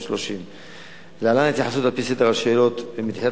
1,530. להלן התייחסות על-פי סדר השאלות: 1. אמרתי שמתחילת